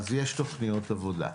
אז יש תוכניות עבודה.